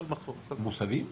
מוסבים.